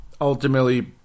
Ultimately